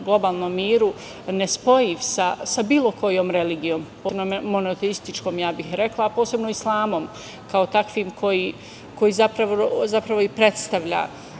globalnom miru ne spojiv sa bilo kojom religijom, posebno monoteističkom, rekla bih, a posebno sa Islamom, kao takvim koji zapravo i predstavlja